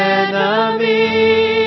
enemy